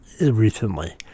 recently